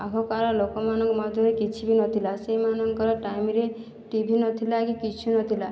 ଆଗକାଳ ଲୋକମାନଙ୍କ ମଧ୍ୟରେ କିଛି ବି ନଥିଲା ସେଇମାନଙ୍କର ଟାଇମରେ ଟିଭି ନଥିଲା କି କିଛି ନଥିଲା